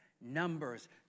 Numbers